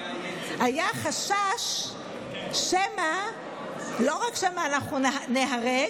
היה חשש לא רק שמא אנחנו ניהרג,